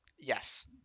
yes